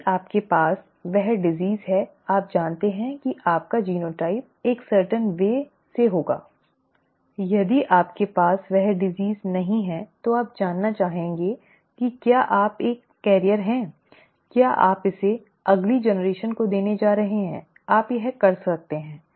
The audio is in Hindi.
यदि आपके पास वह बीमारी है आप जानते हैं कि आपका जीनोटाइप एक निश्चित तरीके से होगा यदि आपके पास वह बीमारी नहीं है जो आप जानना चाहेंगे कि क्या आप एक वाहक हैं क्या आप इसे अगली पीढ़ी को देने जा रहे हैं आप यह कर सकते हैं